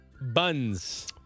buns